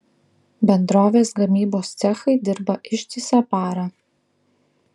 bendrovės gamybos cechai dirba ištisą parą